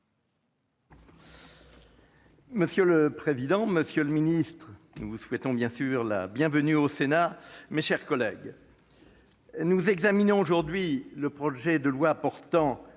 Monsieur le président, monsieur le ministre- nous vous souhaitons la bienvenue au Sénat -, mes chers collègues, nous examinons cet après-midi un projet de loi portant